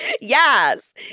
Yes